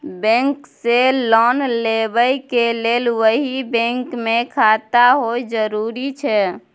Bank से loan लेबै के लेल वही बैंक मे खाता होय जरुरी छै?